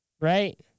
Right